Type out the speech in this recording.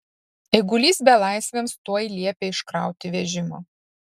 eigulys belaisviams tuoj liepė iškrauti vežimą